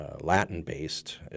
Latin-based